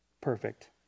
perfect